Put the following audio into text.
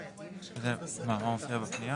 הפעילות של בנות ובנים מן האוכלוסייה